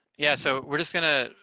yeah, so we're just gonna,